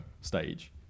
stage